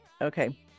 Okay